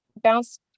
bounce